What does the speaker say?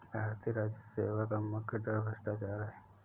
भारतीय राजस्व सेवा का मुख्य डर भ्रष्टाचार है